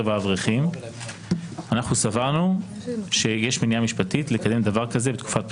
האברכים אנחנו סברנו שיש מניעה משפטית לקדם דבר כזה בתקופת בחירות,